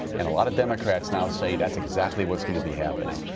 and a lot of democrats now say that's exactly what's going to be happening.